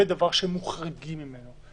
כרגע זה דבר שהם מוחרגים ממנו.